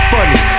Funny